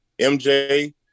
MJ